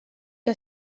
que